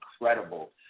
incredible